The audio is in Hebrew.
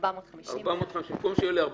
450. כמו שאת